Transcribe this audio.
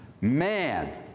man